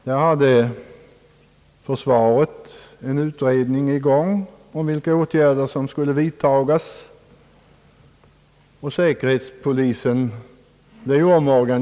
Här hade försvaret en utredning i gång om vilka åtgärder som borde vidtagas.